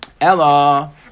Ella